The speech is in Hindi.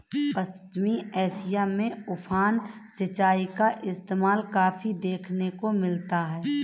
पश्चिम एशिया में उफान सिंचाई का इस्तेमाल काफी देखने को मिलता है